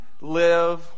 live